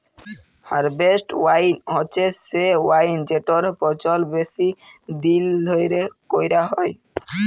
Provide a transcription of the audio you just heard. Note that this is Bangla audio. হারভেস্ট ওয়াইন হছে সে ওয়াইন যেটর পচল বেশি দিল ধ্যইরে ক্যইরা হ্যয়